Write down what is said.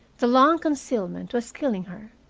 the long concealment was killing her.